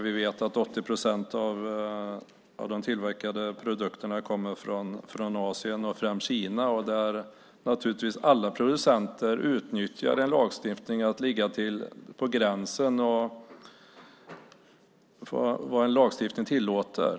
Vi vet att 80 procent av de tillverkade produkterna kommer från Asien, främst Kina. Alla producenter utnyttjar en lagstiftning och ligger på gränsen för vad lagstiftningen tillåter.